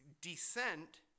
descent